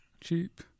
cheap